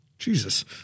Jesus